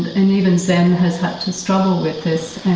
and even zen has had to struggle with this.